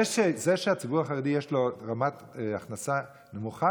זה שלציבור החרדי יש רמת הכנסה נמוכה